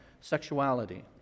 sexuality